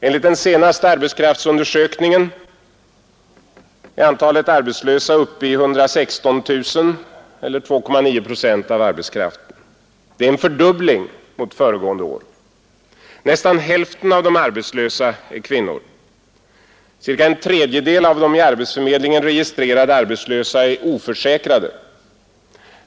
Enligt den senaste arbetskraftsundersökningen är antalet arbetslösa uppe i 116 000 eller 2,9 procent av arbetskraften. Det är en fördubbling mot föregående år. Nästan hälften av de arbetslösa är kvinnor. Cirka en tredjedel av de i arbetsförmedlingen registrerade arbetslösa är oförsäkrade.